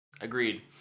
agreed